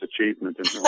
achievement